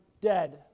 dead